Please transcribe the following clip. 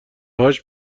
هاش